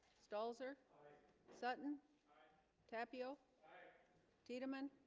stalls er sutton tapio tiedemann